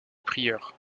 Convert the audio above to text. prieur